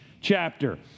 chapter